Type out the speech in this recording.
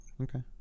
okay